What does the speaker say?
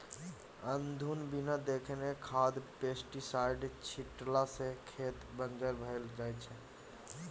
अनधुन बिना देखने खाद पेस्टीसाइड छीटला सँ खेत बंजर भए जाइ छै